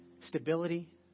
stability